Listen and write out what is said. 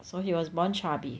so he was born chubby